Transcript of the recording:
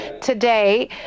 today